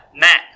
Matt